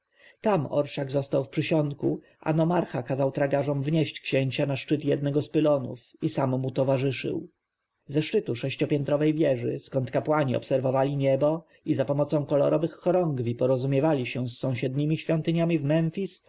tam orszak został w przysionku a nomarcha kazał tragarzom wnieść księcia na szczyt jednego z pylonów i sam mu towarzyszył ze szczytu sześciopiętrowej wieży skąd kapłani obserwowali niebo i zapomocą kolorowych chorągwi porozumiewali się z sąsiedniemi świątyniami w